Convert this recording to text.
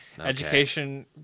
Education